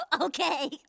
Okay